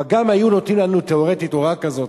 אבל גם אם היו נותנים לנו תיאורטית הוראה כזאת,